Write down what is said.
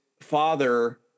father